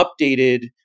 updated